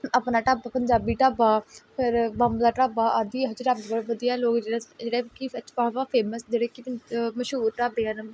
ਆਪਣਾ ਢਾਬਾ ਪੰਜਾਬੀ ਢਾਬਾ ਫਿਰ ਬੰਬਲਾ ਢਾਬਾ ਆਦਿ ਇਹੋ ਜਿਹੇ ਢਾਬੇ ਵਧੀਆ ਲੋਕ ਜਿਹੜੇ ਜਿਹੜੇ ਕਿ ਵਾਹਵਾ ਫੇਮਸ ਜਿਹੜੇ ਕਿ ਪੰ ਮਸ਼ਹੂਰ ਢਾਬੇ ਹਨ